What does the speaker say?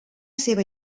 seva